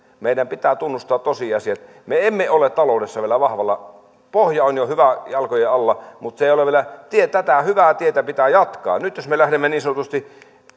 meidän pitää tunnustaa tosiasiat me emme ole taloudessa vielä vahvoilla pohja on jo hyvä jalkojen alla mutta tätä hyvää tietä pitää jatkaa nyt jos me lähdemme niin sanotusti